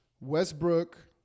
Westbrook